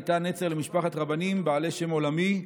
הייתה נצר למשפחת רבנים בעלי שם עולמי,